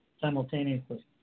simultaneously